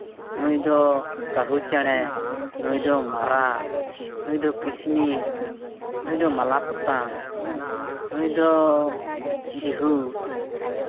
ᱱᱩᱭ ᱫᱚ ᱠᱟᱹᱦᱩ ᱪᱮᱬᱮ ᱱᱩᱭ ᱫᱚ ᱢᱟᱨᱟᱜ ᱱᱩᱭᱫᱚ ᱠᱤᱥᱱᱤ ᱱᱩᱭᱫᱚ ᱢᱟᱞᱟᱯᱚᱛᱟᱢ ᱱᱩᱭ ᱫᱚ ᱡᱤᱦᱩ